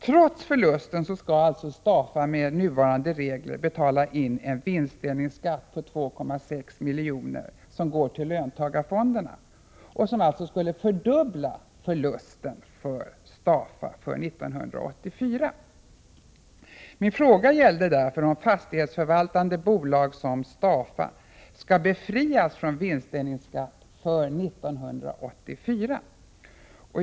Trots förlusten skall bolaget med nuvarande regler betala in en vinstdelningsskatt på 2,6 milj.kr., som går till löntagarfonderna och som således fördubblar förlusten. Min fråga gällde om fastighetsförvaltande bolag som Stafa skall befrias från vinstdelningsskatt för 1984.